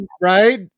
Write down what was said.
right